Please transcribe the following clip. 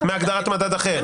מהגדרת "מדד אחר"?